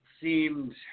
seemed